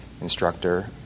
instructor